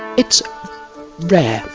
it's rare,